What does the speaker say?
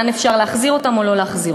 אפשר להחזיר אותם או לא להחזיר אותם.